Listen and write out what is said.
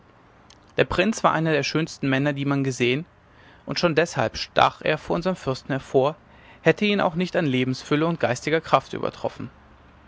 der prinz war einer der schönsten männer die man gesehen und schon deshalb stach er vor unserm fürsten hervor hätte er ihn auch nicht an lebensfülle und geistiger kraft übertroffen